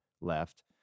left